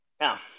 Now